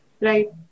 Right